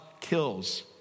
kills